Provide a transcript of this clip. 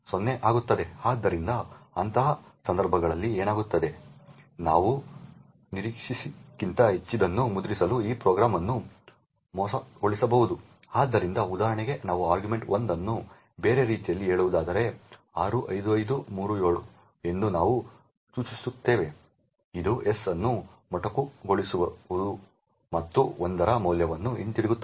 ಆದ್ದರಿಂದ ಅಂತಹ ಸಂದರ್ಭಗಳಲ್ಲಿ ಏನಾಗುತ್ತದೆ ನಾವು ನಿರೀಕ್ಷಿಸಿದ್ದಕ್ಕಿಂತ ಹೆಚ್ಚಿನದನ್ನು ಮುದ್ರಿಸಲು ಈ ಪ್ರೋಗ್ರಾಂ ಅನ್ನು ಮೋಸಗೊಳಿಸಬಹುದು ಆದ್ದರಿಂದ ಉದಾಹರಣೆಗೆ ನಾವು argv1 ಅನ್ನು ಬೇರೆ ರೀತಿಯಲ್ಲಿ ಹೇಳುವುದಾದರೆ 65537 ಎಂದು ನಾವು ಸೂಚಿಸುತ್ತೇವೆ ಇದು s ಅನ್ನು ಮೊಟಕುಗೊಳಿಸಲು ಮತ್ತು 1 ರ ಮೌಲ್ಯವನ್ನು ಹೊಂದಿರುತ್ತದೆ